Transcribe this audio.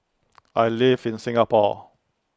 I live in Singapore